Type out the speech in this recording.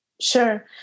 Sure